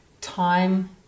Time